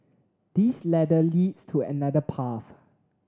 this ladder leads to another path